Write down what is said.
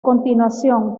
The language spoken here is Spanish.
continuación